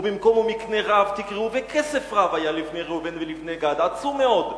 ובמקום "ומקנה רב" תקראו: וכסף רב היה לבני ראובן ובני גד עצום מאוד.